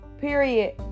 Period